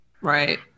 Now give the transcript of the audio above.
Right